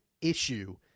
issue